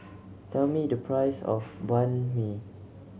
tell me the price of Banh Mi